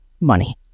money